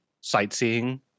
sightseeing